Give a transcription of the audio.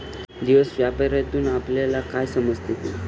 दिवस व्यापारातून आपल्यला काय समजते